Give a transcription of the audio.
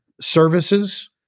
services